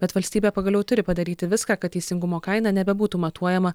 bet valstybė pagaliau turi padaryti viską kad teisingumo kaina nebebūtų matuojama